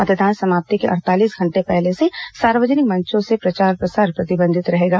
मतदान समाप्ति के अड़तालीस घंटे पहले से सार्वजनिक मंचों से प्रचार प्रसार प्रतिबंध रहेगा